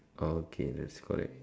okay that's correct